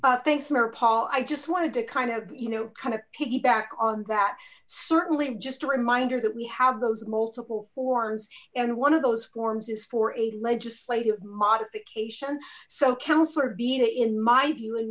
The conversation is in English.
paul i just wanted to kind of you know kind of piggyback on that certainly just a reminder that we have those multiple forms and one of those forms is for a legislative modification so councilor bina in my view and